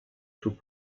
sus